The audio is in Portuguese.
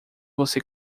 você